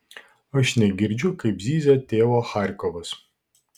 aš negirdžiu kaip zyzia tėvo charkovas